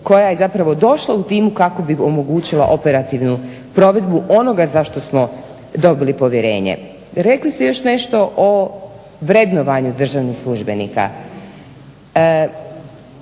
koja je zapravo došla u tim kako bi omogućila operativnu provedbu onoga za što smo dobili povjerenje. Rekli ste još nešto o vrednovanju državnih službenika.